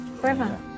Forever